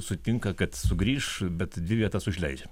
sutinka kad sugrįš bet dvi vietas užleidžia